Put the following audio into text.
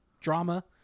drama